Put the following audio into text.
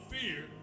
fear